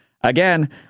again